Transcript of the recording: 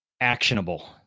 actionable